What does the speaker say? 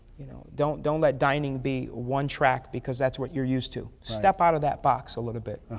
you know, don't don't let dining be one-track because that's what you are used to. step out of that box a little bit.